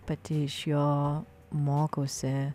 pati iš jo mokausi